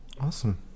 Awesome